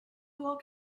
walk